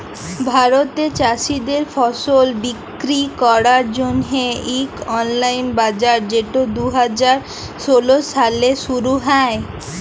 ভারতে চাষীদের ফসল বিক্কিরি ক্যরার জ্যনহে ইক অললাইল বাজার যেট দু হাজার ষোল সালে শুরু হ্যয়